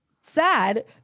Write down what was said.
sad